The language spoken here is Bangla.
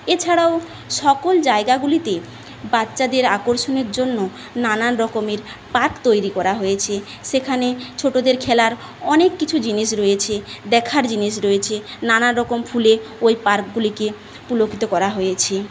এছাড়াও সকল জায়গাগুলিতে বাচ্চাদের আকর্ষণের জন্য নানান রকমের পাঠ তৈরি করা হয়েছে সেখানে ছোটদের খেলার অনেক কিছু জিনিস রয়েছে দেখার জিনিস রয়েছে নানান রকম ফুলে ওই পার্কগুলিকে ফুলকিত করা হয়েছে